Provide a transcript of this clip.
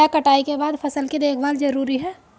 क्या कटाई के बाद फसल की देखभाल जरूरी है?